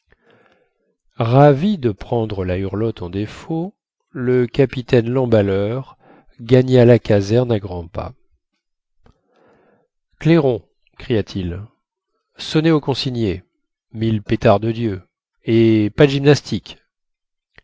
ravi de prendre la hurlotte en défaut le capitaine lemballeur gagna la caserne à grands pas clairon cria-t-il sonnez aux consignés mille pétards de dieu et pas de gymnastique